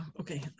Okay